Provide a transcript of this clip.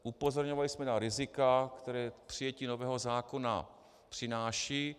Upozorňovali jsme na rizika, která přijetí nového zákona přináší.